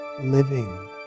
living